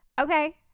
okay